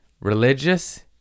religious